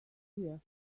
here